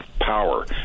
power